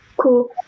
cool